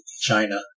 China